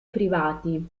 privati